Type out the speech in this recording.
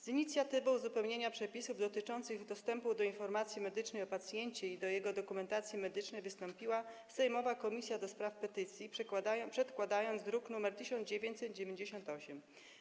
Z inicjatywą uzupełnienia przepisów dotyczących dostępu do informacji medycznej o pacjencie i do jego dokumentacji medycznej wystąpiła sejmowa Komisja do Spraw Petycji, przedkładając projekt w druku nr 1998.